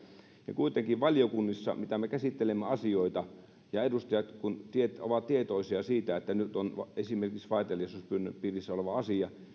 ja kuitenkin valiokunnissa missä me käsittelemme asioita edustajat ovat tietoisia siitä että nyt on esimerkiksi vaiteliaisuuspyynnön piirissä oleva asia